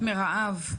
מרעב.